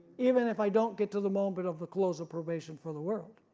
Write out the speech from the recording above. even if i don't get to the moment of the close of probation for the world.